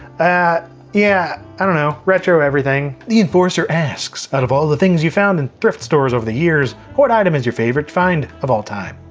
yeah, i don't know, retro everything. the enforcer asks, out of all the things you found in thrift stores over the years, what items is your favorite find of all time?